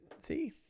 See